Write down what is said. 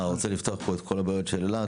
רוצה לפתוח פה את כל הבעיות של אילת?